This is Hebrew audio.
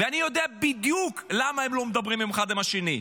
ואני יודע בדיוק למה הם לא מדברים האחד עם השני.